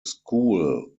school